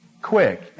Quick